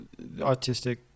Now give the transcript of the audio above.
autistic